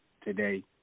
today